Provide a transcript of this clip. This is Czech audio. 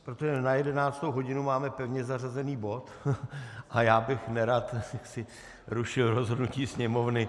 Protože na 11. hodinu máme pevně zařazený bod a já bych nerad rušil rozhodnutí Sněmovny.